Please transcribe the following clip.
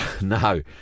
no